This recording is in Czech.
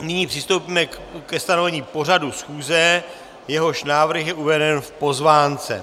Nyní přistoupíme ke stanovení pořadu schůze, jehož návrh je uveden v pozvánce.